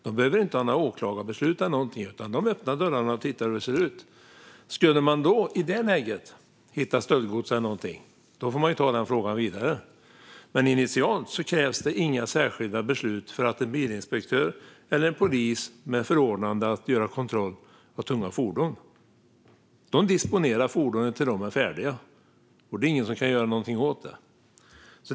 De behöver inte ha åklagarbeslut eller någonting annat, utan de kan öppna dörrarna för att se hur det ser ut. Skulle de i detta läge hitta stöldgods får de ta den frågan vidare. Men initialt krävs det inga särskilda beslut för att en bilinspektör eller en polis med förordnande ska kunna göra kontroll av tunga fordon. De disponerar fordonen tills de är färdiga. Det kan ingen göra någonting åt.